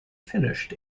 finished